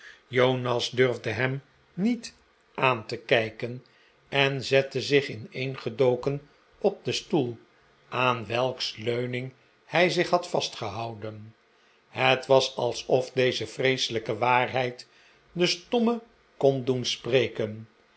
jonas durfde hem niet aan te kijken en zette zich ineengedoken op den stoel aan welks leuning hij zich had vastgehouden het was alsof deze vreeselijke waarheid den stomme kon doen spreken